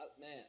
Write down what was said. Man